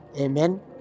Amen